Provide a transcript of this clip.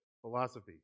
philosophy